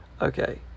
okay